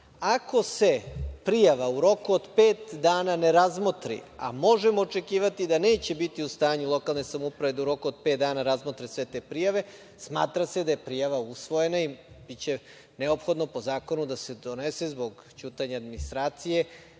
Ako se prijava u roku od pet dana ne razmotri, a možemo očekivati da neće biti u stanju lokalne samouprave da u roku od pet dana razmotre sve te prijave, smatra se da je prijava usvojena i biće neophodno, po zakonu, da se donese, zbog ćutanja administracije